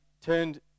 turned